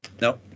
No